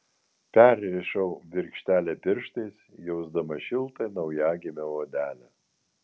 perrišau virkštelę pirštais jausdama šiltą naujagimio odelę